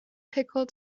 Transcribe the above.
pickle